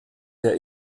der